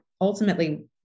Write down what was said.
ultimately